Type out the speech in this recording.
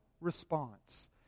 response